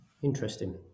Interesting